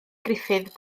griffith